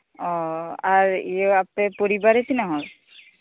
ᱚ ᱟᱨ ᱤᱭᱟᱹ ᱟᱯᱮ ᱯᱚᱨᱤᱵᱟᱨ ᱨᱮ ᱛᱤᱱᱟᱹᱜ ᱦᱚᱲ